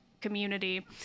community